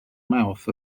mouth